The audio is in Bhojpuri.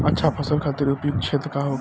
अच्छा फसल खातिर उपयुक्त क्षेत्र का होखे?